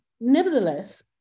Nevertheless